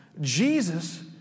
Jesus